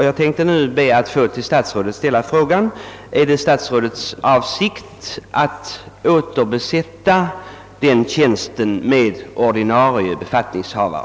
Jag vill nu fråga statsrådet: Är det statsrådets avsikt att återbesätta denna tjänst med ordinarie befattningshavare?